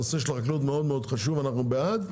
נושא החקלאות מאוד חשוב, אנו בעד,